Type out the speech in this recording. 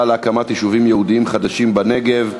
להקמת יישובים יהודיים חדשים בנגב,